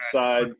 side